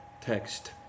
text